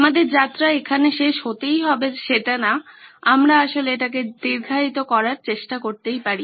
আমাদের যাত্রা এখানে শেষ হতেই হবে সেটা না আমরা আসলে এটিকে দীর্ঘায়িত করার চেষ্টা করতে পারি